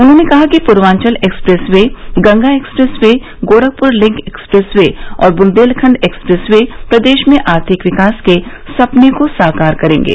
उन्होंने कहा कि Purvanchal expressway Ganga expressway Gorakhpur link expressway और बुन्देलखण्ड एक्सप्रेस वे प्रदेश में आर्थिक विकास के सपने को साकार करेंगे